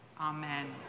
amen